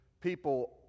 people